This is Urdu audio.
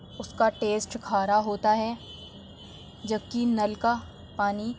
اس کا ٹیسٹ کھارا ہوتا ہے جب کہ نل کا پانی